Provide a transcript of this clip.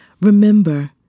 Remember